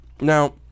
Now